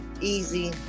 easy